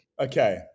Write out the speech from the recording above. Okay